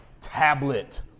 tablet